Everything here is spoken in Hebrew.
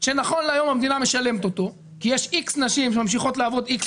שנכון להיום המדינה משלמת אותו כי יש איקס נשים שממשיכות לעבוד איקס